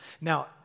Now